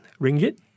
ringgit